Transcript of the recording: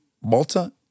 Malta